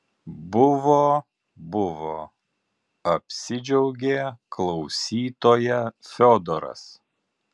buvo buvo apsidžiaugė klausytoja fiodoras